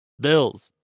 Bills